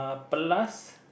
plus